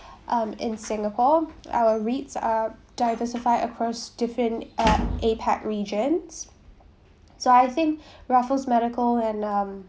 um in singapore our REITs are diversified across different uh APAC regions so I think raffles medical and um